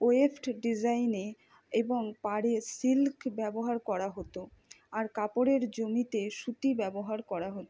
waved ডিজাইনে এবং পাড়ে সিল্ক ব্যবহার করা হতো আর কাপড়ের জমিতে সুতি ব্যবহার করা হয়